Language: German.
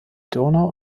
donau